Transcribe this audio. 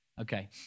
Okay